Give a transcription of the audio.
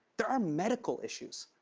there are medical issues.